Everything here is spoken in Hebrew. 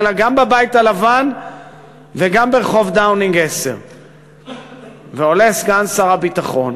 אלא גם בבית הלבן וגם ברחוב דאונינג 10. ועולה סגן שר הביטחון